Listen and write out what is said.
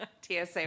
TSA